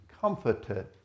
comforted